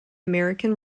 american